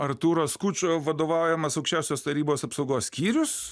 artūro skučo vadovaujamas aukščiausios tarybos apsaugos skyrius